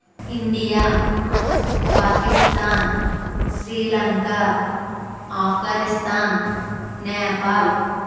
India Pakistan Sri Lanka Afghanistan Nepal